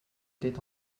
était